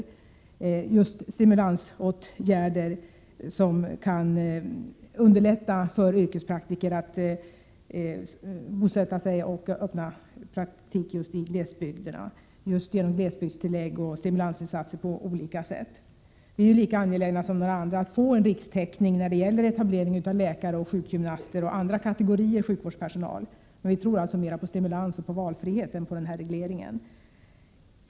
Jag tänker då på olika stimulansåtgärder — som t.ex. glesbygdstilllägg — som kan underlätta för yrkespraktiker att bosätta sig och öppna praktik i glesbygden. Vi är lika angelägna som några andra att få till stånd en rikstäckning när det gäller etablering av läkare, sjukgymnaster och andra kategorier sjukvårdspersonal. Men vi tror alltså mer på stimulans och valfrihet än på en reglering.